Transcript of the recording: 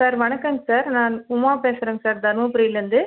sir வணக்கங்க sir நான் உமா பேசுறேங்க சார் தருமபுரிலேருந்து